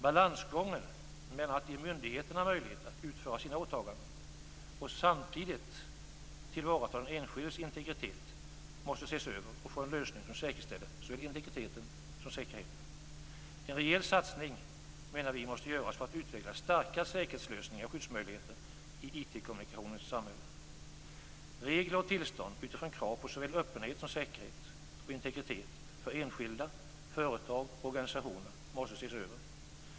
Balansgången mellan att ge myndigheterna möjlighet att utföra sina åtaganden och att samtidigt tillvara den enskildes integritet måste ses över, och vi måste hitta en lösning som säkerställer såväl integriteten som säkerheten. En rejäl satsning måste göras på att utveckla starka säkerhetslösningar och skyddsmöjligheter i IT samhället. Regler och tillstånd måste ses över utifrån krav på såväl öppenhet som säkerhet och integritet för enskilda, företag och organisationer.